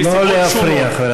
לא להפריע.